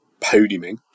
podiuming